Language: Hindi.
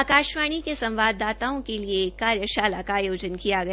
आकाशवाणी के संवाददाताओं के लिए एक कार्यशाला का आयोजन किया गया